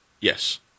Yes